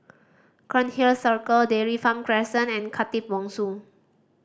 Cairnhill Circle Dairy Farm Crescent and Khatib Bongsu